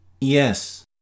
Yes